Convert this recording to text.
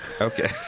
Okay